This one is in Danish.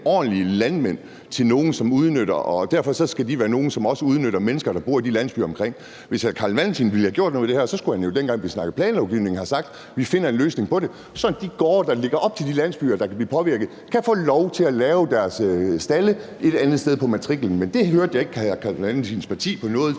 ordentlige landmænd – til nogle, som udnytter, og som derfor også udnytter de mennesker, der bor i de omkringliggende landsbyer. Hvis hr. Carl Valentin ville have gjort noget ved det, skulle han jo, dengang vi snakkede planlovgivning, have sagt: Vi finder en løsning på det, sådan at de gårde, der ligger op til de landsbyer, der kan blive påvirket, kan få lov til at have deres stalde et andet sted på matriklen. Men det hørte jeg ikke hr. Carl Valentin og